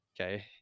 Okay